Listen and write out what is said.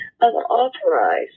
Unauthorized